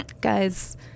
Guys